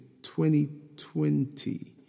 2020